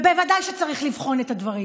ובוודאי צריך לבחון את הדברים.